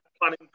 planning